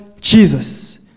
Jesus